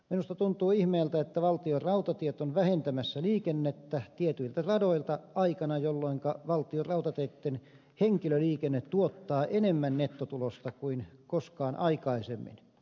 minusta tuntuu ihmeeltä että valtionrautatiet on vähentämässä liikennettä tietyiltä radoilta aikana jolloinka valtionrautateitten henkilöliikenne tuottaa enemmän nettotulosta kuin koskaan aikaisemmin